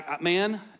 man